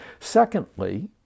Secondly